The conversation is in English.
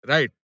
Right